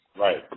Right